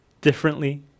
differently